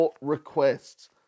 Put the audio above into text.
requests